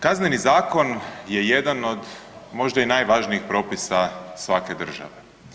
Kazneni zakon je jedan od možda i najvažnijih propisa svake države.